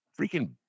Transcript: freaking